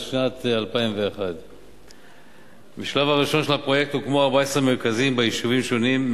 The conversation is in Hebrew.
שנת 2001. בשלב הראשון של הפרויקט הוקמו 14 מרכזים ביישובים שונים,